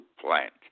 plant